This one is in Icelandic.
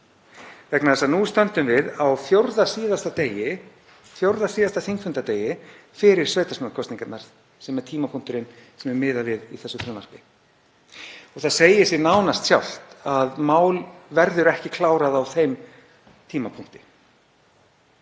vegna þess að nú stöndum við á fjórða síðasta þingfundardegi fyrir sveitarstjórnarkosningarnar sem er tímapunkturinn sem er miðað við í þessu frumvarpi. Það segir sig nánast sjálft að málið verður ekki klárað á þeim tímapunkti